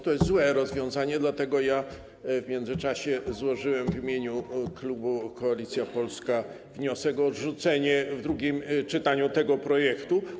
To jest złe rozwiązanie, dlatego w międzyczasie złożyłem w imieniu klubu Koalicja Polska wniosek o odrzucenie w drugim czytaniu tego projektu.